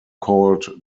called